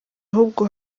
ahubwo